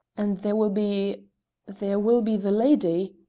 and there will be there will be the lady,